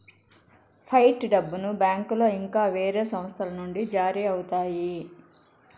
fight డబ్బును బ్యాంకులో ఇంకా వేరే సంస్థల నుండి జారీ అవుతాయి